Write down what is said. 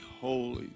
holy